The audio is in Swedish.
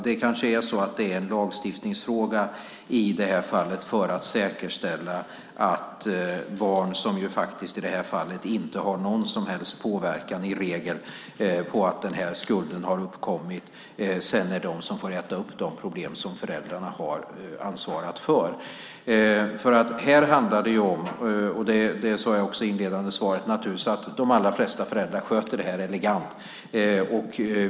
Det kanske är en lagstiftningsfråga i det här fallet för att säkerställa att inte barn som i regel inte har någon som helst inverkan på att skulden har uppkommit är de som får äta upp de problem som föräldrarna har orsakat. Som jag sade i det inledande svaret sköter de allra flesta föräldrar det här elegant.